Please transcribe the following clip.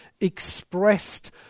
expressed